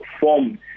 formed